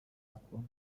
mwashakanye